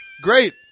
Great